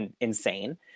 insane